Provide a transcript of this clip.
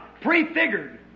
prefigured